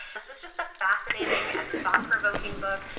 this was just a fascinating and thought-provoking book.